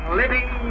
living